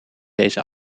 deze